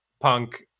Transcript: Punk